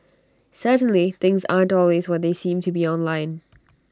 certainly things aren't always what they seem to be online